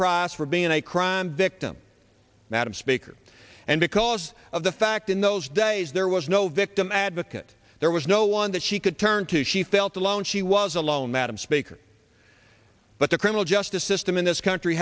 price for being a crime victim madam speaker and because of the fact in those days there was no victim advocate there was no one that she could turn to she felt alone she was alone madam speaker but the criminal justice system in this country